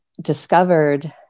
discovered